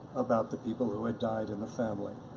about the people who had died in the family,